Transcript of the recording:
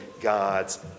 God's